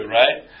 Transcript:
right